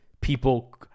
people